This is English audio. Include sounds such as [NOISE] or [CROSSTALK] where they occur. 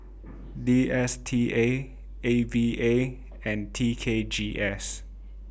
[NOISE] D S T A A V A and T K G S